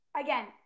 again